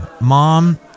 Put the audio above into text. Mom